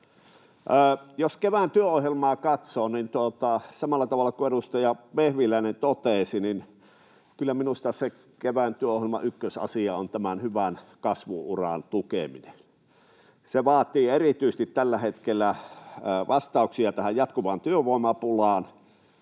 Jos kevään työohjelmaa katsoo, niin samalla tavalla kuin edustaja Vehviläinen totesi, kyllä minusta se kevään työohjelman ykkösasia on tämän hyvän kasvu-uran tukeminen. Se vaatii tällä hetkellä erityisesti vastauksia tähän jatkuvaan työvoimapulaan.